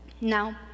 Now